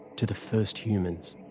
to the first humans.